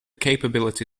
capability